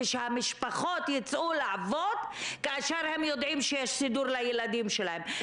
ושהמשפחות יצאו לעבוד כאשר הם יודעים שיש סידור לילדים שלהם.